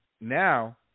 now